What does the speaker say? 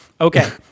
Okay